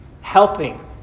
helping